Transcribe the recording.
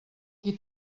qui